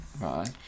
Right